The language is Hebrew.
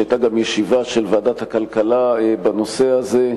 והיתה גם ישיבה של ועדת הכלכלה בנושא הזה.